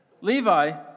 Levi